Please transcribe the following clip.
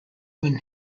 win